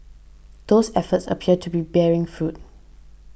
those efforts appear to be bearing fruit